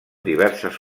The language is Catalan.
diverses